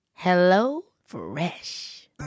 HelloFresh